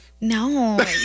No